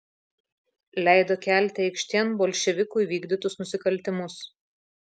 leido kelti aikštėn bolševikų įvykdytus nusikaltimus